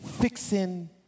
fixing